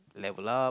level up